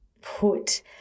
put